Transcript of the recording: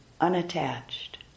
unattached